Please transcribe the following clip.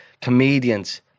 comedians